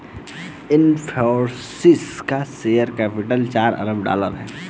इनफ़ोसिस का share capital चार अरब डॉलर है